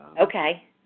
Okay